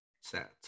set